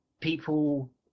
people